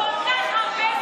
כל כך הרבה שנאה.